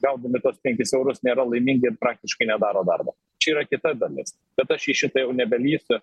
gaudami tuos penkis eurus nėra laimingi ir praktiškai nedaro darbo čia yra kita dalis bet aš į šitą jau nebelįsiu